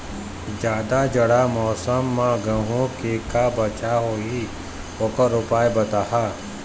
जादा जाड़ा मौसम म गेहूं के का बचाव होही ओकर उपाय बताहा?